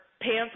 pants